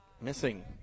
Missing